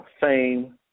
fame